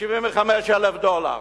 ב-75,000 דולר.